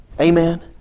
Amen